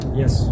yes